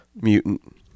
mutant